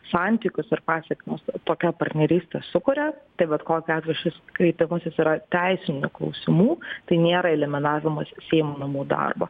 santykius ir pasekmes tokia partnerystė sukuria tai bet kokiu atveju šis kreipimasis yra teisinių klausimų tai nėra eliminavimas seimo namų darbo